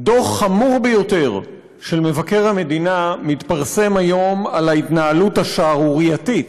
דוח חמור ביותר של מבקר המדינה מתפרסם היום על ההתנהלות השערורייתית